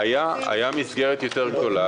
היתה מסגרת יותר גדולה,